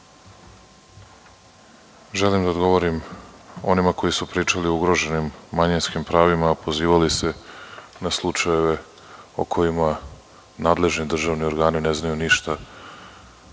želim da odgovorim onima koji su pričali o ugroženim manjinskim pravima, a pozivali se na slučajeve o kojima nadležni državni organi ne znaju ništa,